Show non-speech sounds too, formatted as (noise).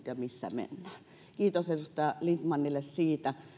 (unintelligible) ja missä mennään kiitos edustaja lindtmanille siitä